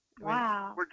Wow